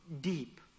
deep